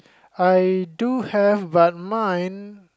I do have but mine